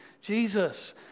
Jesus